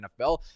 NFL